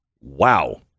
Wow